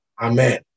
Amen